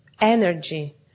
energy